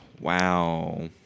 Wow